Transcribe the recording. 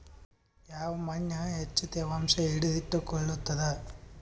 ಯಾವ್ ಮಣ್ ಹೆಚ್ಚು ತೇವಾಂಶ ಹಿಡಿದಿಟ್ಟುಕೊಳ್ಳುತ್ತದ?